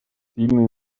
сильный